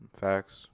facts